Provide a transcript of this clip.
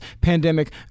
pandemic